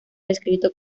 descrito